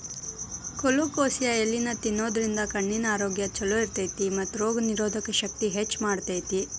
colocasia ಎಲಿನಾ ತಿನ್ನೋದ್ರಿಂದ ಕಣ್ಣಿನ ಆರೋಗ್ಯ್ ಚೊಲೋ ಇರ್ತೇತಿ ಮತ್ತ ರೋಗನಿರೋಧಕ ಶಕ್ತಿನ ಹೆಚ್ಚ್ ಮಾಡ್ತೆತಿ